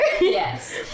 Yes